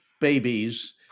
Babies